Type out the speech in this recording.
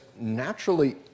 naturally